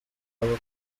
aba